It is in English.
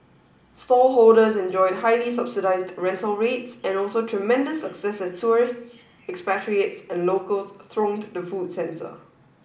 stallholders enjoyed highly subsidised rental rates and also tremendous success as tourists expatriates and locals thronged the food centre